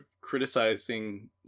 criticizing